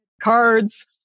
cards